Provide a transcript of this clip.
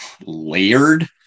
layered